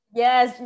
Yes